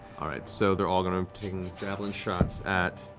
all right, so they're all going to take javelin shots at